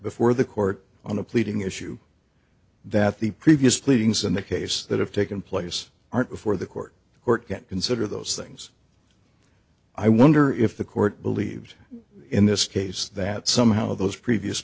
before the court on a pleading issue that the previous leadings in the case that have taken place aren't before the court the court get consider those things i wonder if the court believed in this case that somehow those previous